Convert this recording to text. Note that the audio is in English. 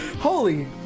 Holy